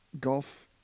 golf